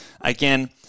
again